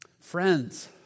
Friends